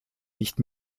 nicht